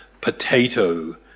potato